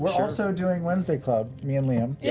also doing wednesday club, me and liam. yeah